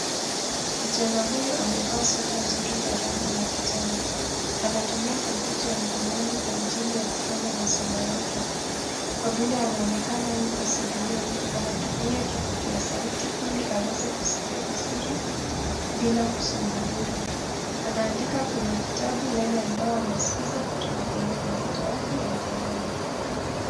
Kijana huyu amevaa sweta nzuri ya rangi ya kijani. Anatumia kompyuta ya mkononi kwa ajili ya kufanya masomo yke, kwa vile anaonekana upo sebuleni anatumia kipokea sauti ili aweze kusikia vizuri bila kusumbuliwa. Anaandika kwenye kitabu yale anayasikiza kutoka kwenye kompyuta yake ya mkononi.